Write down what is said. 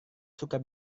suka